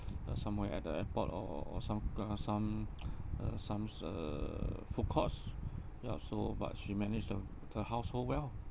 uh somewhere at the airport or or or some some uh some uh food courts ya so but she manage the the household well